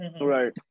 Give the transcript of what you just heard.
Right